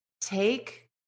take